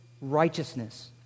righteousness